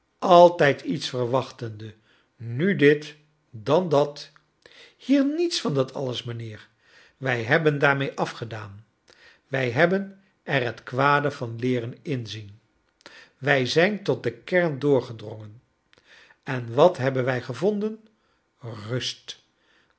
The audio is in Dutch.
ltljd iets verwachtende nu dit dan dat iiier niets van dat alles mijnheer wij hebben daarmee afgedaan wij hebben er net kwadc van ieeren inzien wij zijn tot de kern doorgedrongen en wat hebben wij gevondeii east